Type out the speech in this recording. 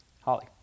Holly